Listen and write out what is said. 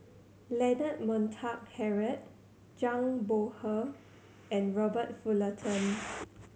Leonard Montague Harrod Zhang Bohe and Robert Fullerton